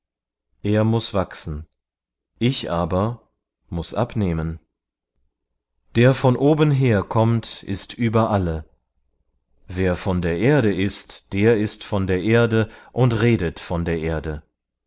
er muß wachsen ich aber muß abnehmen der von obenher kommt ist über alle wer von der erde ist der ist von der erde und redet von der erde